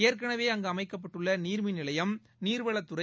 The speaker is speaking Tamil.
ஏற்கனவே அங்கு அமைக்கப்பட்டுள்ள நீர்மின் நிலையம் நீர்வளத்துறை